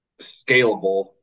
scalable